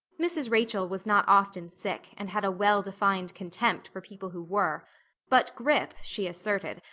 mrs. rachel was not often sick and had a well-defined contempt for people who were but grippe, she asserted,